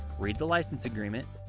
read the license agreement.